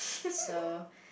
so